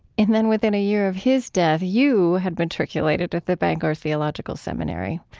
and then within a year of his death you had matriculated at the bangor theological seminary,